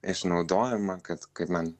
išnaudojimą kad kaip man